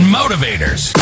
motivators